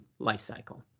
lifecycle